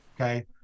Okay